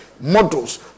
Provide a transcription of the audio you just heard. models